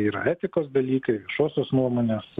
yra etikos dalykai viešosios nuomonės